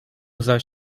zaś